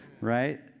Right